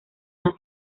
una